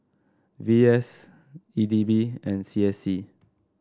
V S E D B and C S C